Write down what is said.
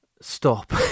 stop